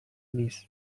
نیس